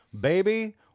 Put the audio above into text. baby